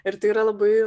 ir tai yra labai